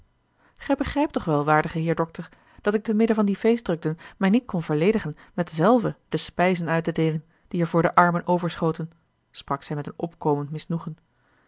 gij begrijpt toch wel waardige heer dokter dat ik te midden van die feestdrukten mij niet kon verledigen met zelve de spijzen uit te deelen die er voor de armen overschoten sprak zij met een opkomend misnoegen